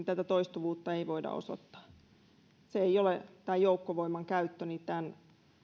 tätä toistuvuutta ei voida osoittaa tämä joukkovoiman käyttö ei ole tämän